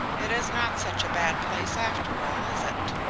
it is not such a bad place after all, is it?